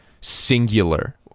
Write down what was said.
singular